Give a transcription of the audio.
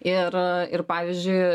ir ir pavyzdžiui